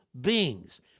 beings